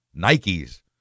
Nikes